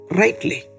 rightly